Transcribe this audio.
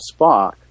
Spock